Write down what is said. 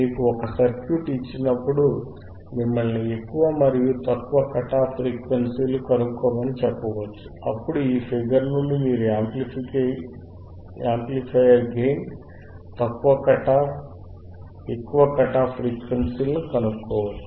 మీకు ఒక సర్క్యూట్ ఇచ్చినప్పుడు మిమ్మల్ని ఎక్కువ మరియు తక్కువ కట్ ఆఫ్ ఫ్రీక్వెన్సీ లను కనుక్కోమని చెప్పవచ్చు అప్పుడు ఈ ఫిగర్ నుండి మీరు యామ్ప్లిఫయర్ గెయిన్ తక్కువ కట్ ఆఫ్ ఎక్కువ కట్ ఆఫ్ ఫ్రీక్వెన్సీ లను కనుక్కోవచ్చు